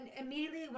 immediately